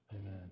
Amen